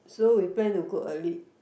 so we plan to go early